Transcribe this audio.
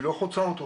היא לא חוצה אותו.